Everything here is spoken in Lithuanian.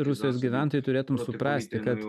rusijos gyventojų turėtum suprasti kad